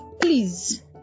Please